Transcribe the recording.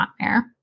nightmare